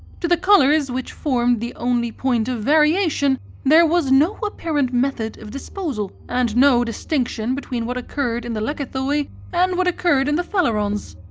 to the colours which formed the only point of variation there was no apparent method of disposal and no distinction between what occurred in the lekythoi and what occurred in the phalerons.